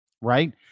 Right